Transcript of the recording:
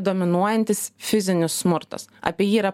dominuojantis fizinis smurtas apie jį yra